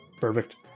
perfect